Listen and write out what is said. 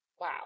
wow